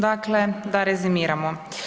Dakle da rezimiramo.